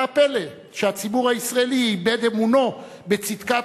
מה הפלא שהציבור הישראלי איבד אמונו בצדקת